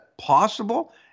possible